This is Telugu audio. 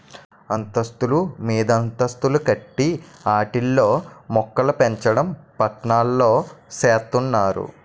అంతస్తులు మీదంతస్తులు కట్టి ఆటిల్లో మోక్కలుపెంచడం పట్నాల్లో సేత్తన్నారు